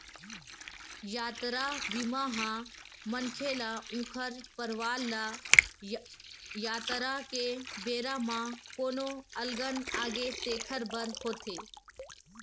यातरा बीमा ह मनखे ल ऊखर परवार ल यातरा के बेरा म कोनो अलगन आगे तेखर बर होथे